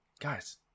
guys